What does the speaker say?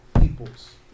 peoples